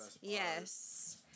Yes